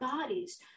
bodies